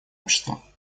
общества